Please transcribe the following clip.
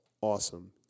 awesome